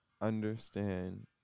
understand